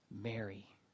Mary